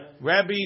Rabbi